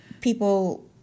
people